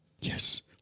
Yes